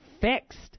fixed